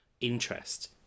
interest